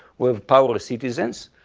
we have power of citizens.